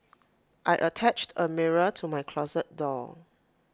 I attached A mirror to my closet door